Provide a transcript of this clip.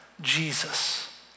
Jesus